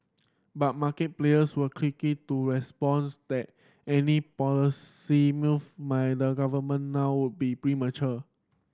but market players were quickly to response that any policy move might the government now would be premature